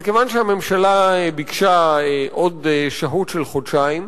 אבל כיוון שהממשלה ביקשה עוד שהות של חודשיים,